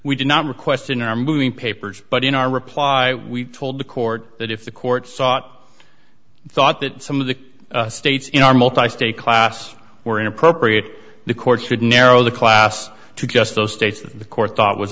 we did not request in our moving papers but in our reply we told the court that if the court sought thought that some of the states in our multi state class were inappropriate the court should narrow the class to just those states that the court thought was